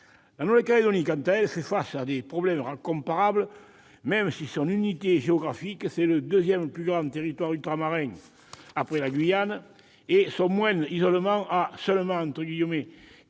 La Nouvelle-Calédonie, quant à elle, fait face à des problèmes comparables, même si son unité géographique-c'est le deuxième plus grand territoire ultramarin après la Guyane -, son moindre isolement- elle est située